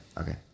Okay